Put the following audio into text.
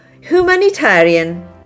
humanitarian